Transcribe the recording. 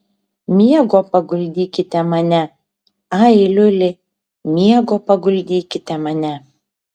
miego paguldykite mane ai liuli miego paguldykite mane